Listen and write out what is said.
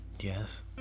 Yes